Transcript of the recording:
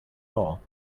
all